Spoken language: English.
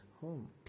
home